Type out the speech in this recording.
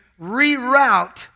reroute